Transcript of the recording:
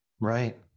Right